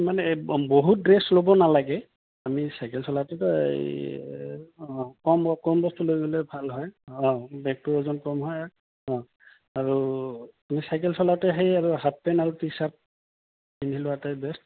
মানে বহুত ড্ৰেছ ল'ব নালাগে আমি চাইকেল চলাটোতো এই অঁ কম কম বস্তু লৈ গ'লে ভাল হয় অঁ বেগটোৰ ওজন কম হয় অঁ আৰু আমি চাইকেল চলাওঁতে সেই আৰু হাফ পেণ্ট আৰু টি চাৰ্ট পিন্ধি লোৱাটোৱেই বেষ্ট